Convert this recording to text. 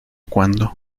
cuando